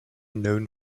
known